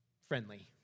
friendly